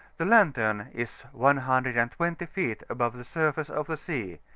the lantern is one hundred and twenty feet above the surface of the sea,